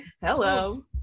Hello